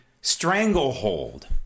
stranglehold